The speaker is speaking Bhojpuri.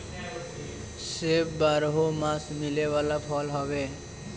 सेब बारहोमास मिले वाला फल हवे